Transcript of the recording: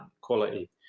quality